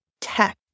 tech